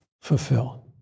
fulfill